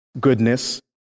goodness